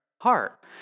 heart